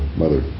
mother